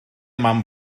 mam